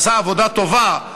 ועשה עבודה טובה,